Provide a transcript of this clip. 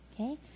Okay